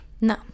No